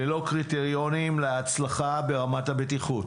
ללא קריטריונים להצלחה ברמת הבטיחות